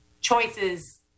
choices